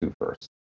first